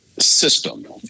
system